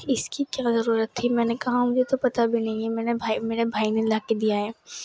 اس کی کیا ضرورت تھی میں نے کہا مجھے تو پتا بھی نہیں ہے میں نے بھائی میرا بھائی نے لا کے دیا ہے